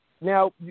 now